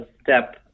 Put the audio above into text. step